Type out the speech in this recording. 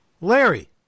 Larry